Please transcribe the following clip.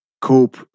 cope